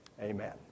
Amen